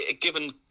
given